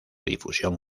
difusión